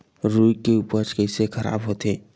रुई के उपज कइसे खराब होथे?